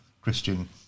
Christian